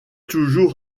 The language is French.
toujours